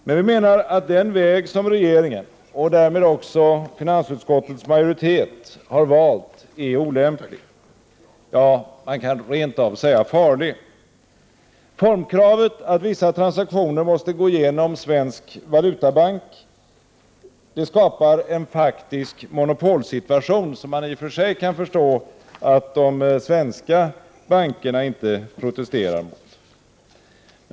Men vi menar att den väg som regeringen — och därmed också finansutskottets majoritet — har valt är olämplig, man kan rent av säga farlig. Formkravet att vissa transaktioner måste gå genom svensk valutabank skapar en faktisk monopolsituation, som man i och för sig kan förstå att de svenska bankerna inte protesterar mot.